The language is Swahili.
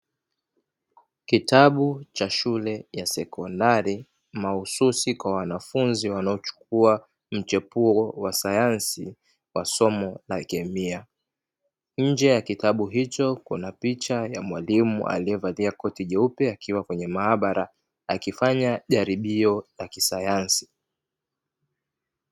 Kitabu cha shule ya sekondari, mahususi kwa wanafunzi wanaochukua mchepuo wa sayansi kwa somo la kemia. Nje ya kitabu hicho kuna picha ya mwalimu aliyevalia koti jeupe akiwa kwenye maabara akifanya jaribio la kisayansi.